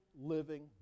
living